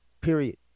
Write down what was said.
period